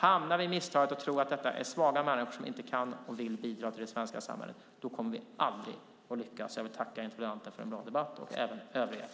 Hamnar vi i misstaget att tro att det är fråga om svaga människor som inte kan och vill bidra till det svenska samhället kommer vi aldrig att lyckas. Jag vill tacka interpellanten och övrig debattör för en bra debatt.